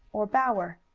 or bower.